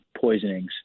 poisonings